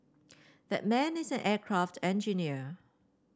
that man is an aircraft engineer